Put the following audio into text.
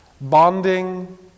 bonding